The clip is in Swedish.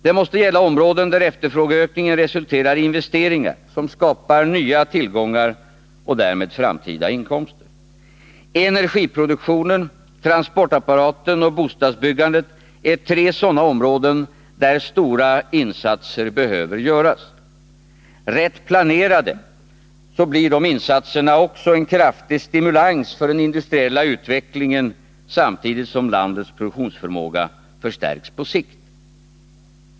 Det måste gälla områden där efterfrågeökningen resulterar i investeringar, som skapar nya tillgångar och därmed framtida inkomster. Energiproduktionen, transportapparaten och bostadsbyggandet är tre sådana områden, där stora insatser behöver göras. Rätt planerade blir dessa insatser också en kraftig stimulans för den industriella utvecklingen, samtidigt som landets produktionsförmåga förstärks på sikt.